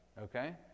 okay